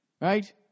right